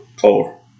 Four